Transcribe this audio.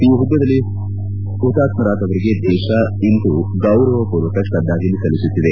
ಈ ಯುದ್ದದಲ್ಲಿ ಹುತಾತ್ಲರಾದವರಿಗೆ ದೇಶ ಇಂದು ಗೌರವ ಪೂರ್ವಕ ಶ್ರದ್ದಾಂಜಲಿ ಸಲ್ಲಿಸುತ್ತಿದೆ